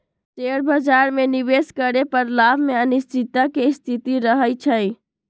share बाजार में निवेश करे पर लाभ में अनिश्चितता के स्थिति रहइ छइ